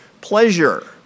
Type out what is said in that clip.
pleasure